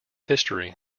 history